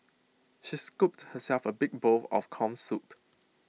she scooped herself A big bowl of Corn Soup